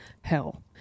hell